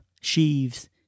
sheaves